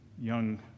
young